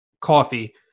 coffee